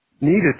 needed